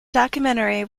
documentary